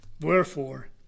wherefore